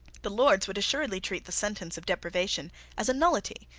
the lords would assuredly treat the sentence of deprivation as a nullity,